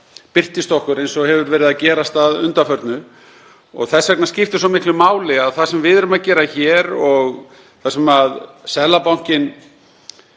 birtist okkur eins og hefur verið að gerast að undanförnu. Þess vegna skiptir svo miklu máli að það sem við erum að gera hér og það sem Seðlabankinn